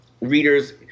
readers